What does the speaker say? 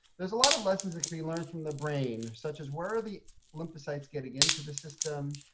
there's a lot of lessons that can be learned from the brain, such as, where are the lymphocytes getting into the system.